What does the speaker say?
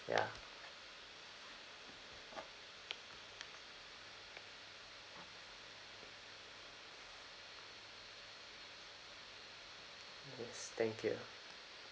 ya yes thank you